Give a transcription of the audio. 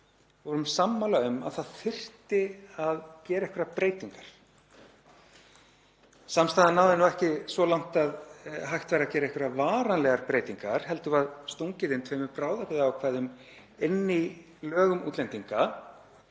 vorum sammála um að það þyrfti að gera einhverjar breytingar. Samstaðan náði ekki svo langt að hægt væri að gera einhverjar varanlegar breytingar heldur var stungið inn tveimur bráðabirgðaákvæðum í lög um útlendinga